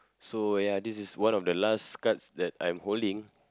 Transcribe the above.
so ya this is one of the last cards that I'm holding